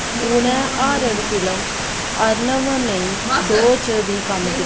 उ'नें horror film Aranmanai दो च बी कम्म कीता